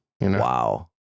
Wow